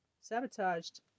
sabotaged